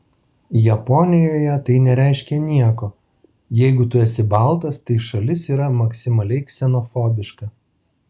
japonijoje tai nereiškia nieko jeigu tu esi baltas tai šalis yra maksimaliai ksenofobiška